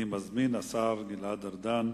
אני מזמין את השר גלעד ארדן,